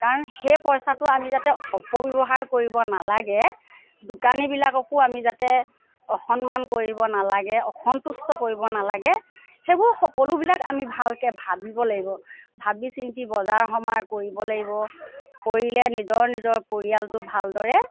কাৰণ সেই পইচাটো আমি যাতে অপব্য়ৱহাৰ কৰিব নালাগে দোকানীবিলাককো আমি যাতে অসন্মান কৰিব নালাগে অসন্তুষ্ট কৰিব নালাগে সেইবোৰ সকলোবিলাক আমি ভালকে ভাবিব লাগিব ভাবি চিন্তি বজাৰ সমাৰ কৰিব লাগিব কৰিলে নিজৰ নিজৰ পৰিয়ালটো ভালদৰে